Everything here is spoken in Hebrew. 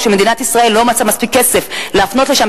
מדינת ישראל לא מצאה מספיק כסף להפנות לשם,